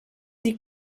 die